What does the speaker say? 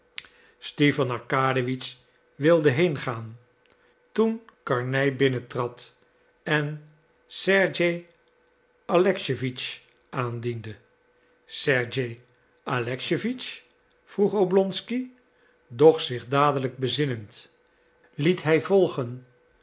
stipan arkadiewitsch wilde heengaan toen karnej binnentrad en sergej alexejewitsch aandiende sergej alexejewitsch vroeg oblonsky doch zich dadelijk bezinnend liet hij volgen